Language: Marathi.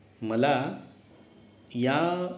मला या